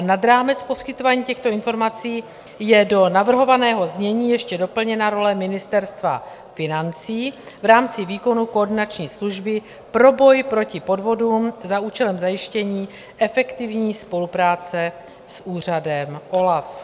Nad rámec poskytování těchto informací je do navrhovaného znění ještě doplněna role Ministerstva financí v rámci výkonu koordinační služby pro boj proti podvodům za účelem zajištění efektivní spolupráce s úřadem OLAF.